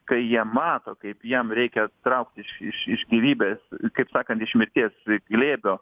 kai jie mato kaip jiem reikia traukt iš iš iš gyvybės kaip sakant iš mirties glėbio